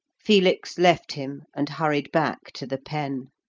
felix left him and hurried back to the pen.